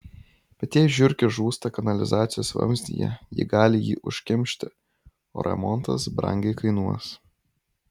bet jei žiurkė žūsta kanalizacijos vamzdyje ji gali jį užkimšti o remontas brangiai kainuos